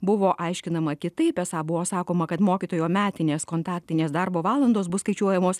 buvo aiškinama kitaip esą buvo sakoma kad mokytojo metinės kontaktinės darbo valandos bus skaičiuojamos